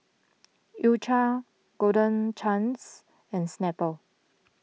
U Cha Golden Chance and Snapple